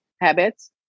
habits